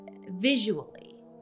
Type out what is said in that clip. visually